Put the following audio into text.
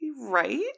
Right